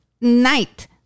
night